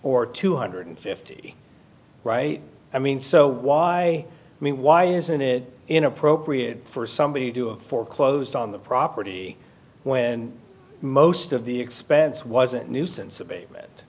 or two hundred and fifty right i mean so why me why isn't it inappropriate for somebody to do a foreclosed on the property when most of the expense wasn't nuisance